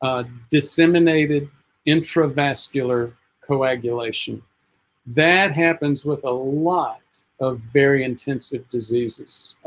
disseminated intravascular coagulation that happens with a lot of very intensive diseases